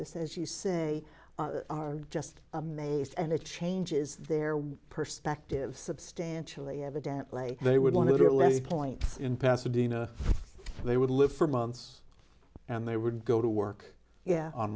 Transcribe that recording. this as you say are just amazed and it changes their perspective substantially evidently they would want to do it let's point in pasadena they would live for months and they would go to work yeah on